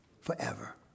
forever